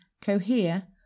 cohere